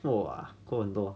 !wah! 扣很多